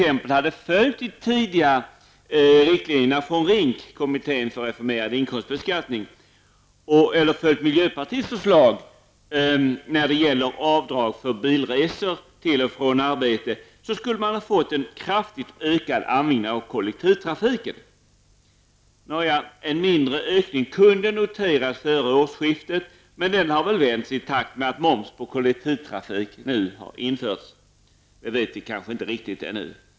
Om man följt de tidiga riktlinjerna från RINK, kommittén för reformerad inkomstbeskattning, eller följt miljöpartiets förslag när det gällde avdrag för bilresor till och från arbetet, skulle man ha fått en kraftigt ökad användning av kollektivtrafiken. Nåja, en mindre ökning kunde noteras före årsskiftet, men den har väl vänts i takt med att moms på kollektivtrafik nu har införts. Detta känner vi ännu inte riktigt till.